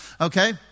okay